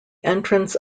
entrance